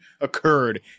occurred